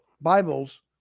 Bibles